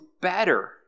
better